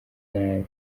nabi